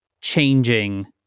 changing